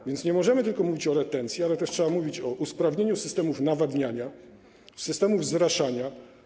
A więc nie możemy tylko mówić o retencji, ale trzeba też mówić o usprawnieniu systemów nawadniania, systemów zraszania.